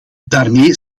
daarmee